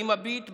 אני מביט בכן,